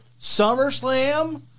SummerSlam